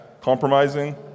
Compromising